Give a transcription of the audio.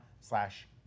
slash